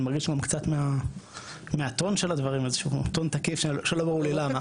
אני מרגיש קצת מהטון של הדברים איזשהו טון תקיף שלא ברור לי למה.